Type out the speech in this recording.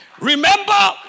Remember